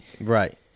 Right